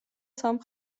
სამ